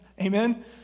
Amen